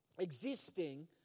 Existing